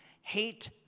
hate